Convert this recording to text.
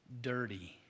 dirty